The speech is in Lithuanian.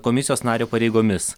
komisijos nario pareigomis